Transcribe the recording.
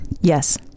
Yes